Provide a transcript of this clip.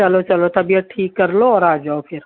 چلو چلو طبیعت ٹھیک کر لو اور آ جاؤ پھر